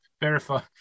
verify